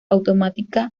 automática